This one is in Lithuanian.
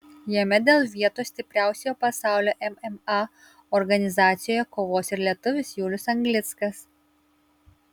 jame dėl vietos stipriausioje pasaulio mma organizacijoje kovos ir lietuvis julius anglickas